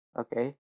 Okay